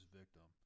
victim